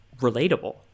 relatable